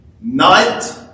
Night